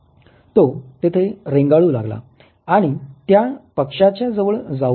तो तिथे रेंगाळू लागला आणि त्या पक्षाच्या जवळ जाऊ लागला